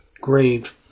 grave